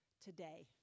today